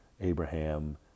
Abraham